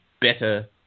better